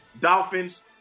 dolphins